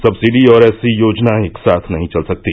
subsidy और ऐसी योजना एकसाथ नहीं चल सकती